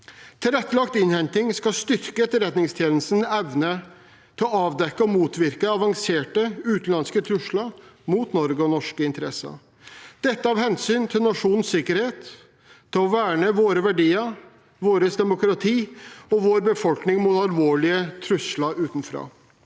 Tilrettelagt innhenting skal styrke Etterretningstjenestens evne til å avdekke og motvirke avanserte utenlandske trusler mot Norge og norske interesser, dette av hensyn til nasjonens sikkerhet og til å verne våre verdier, vårt demokrati og vår befolkning mot alvorlige trusler utenfra.